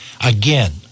Again